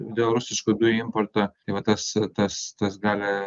dėl rusiškų dujų importo tai va tas tas tas gali